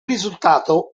risultato